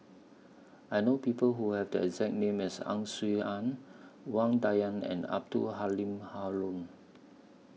I know People Who Have The exact name as Ang Swee Aun Wang Dayuan and Abdul Halim Haron